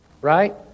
right